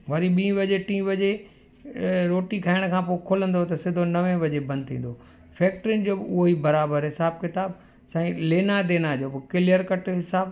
वरी ॿी बजे टी बजे रोटी खाइण खां पोइ खुलंदो त सिधो नवे बजे बंदि थींदो फैक्ट्रियुनि जो बि उहो ई बराबरु हिसाबु किताबु साईं लेनादेना जेको क्लीयर कट हिसाबु